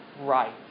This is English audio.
right